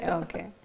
okay